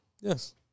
Yes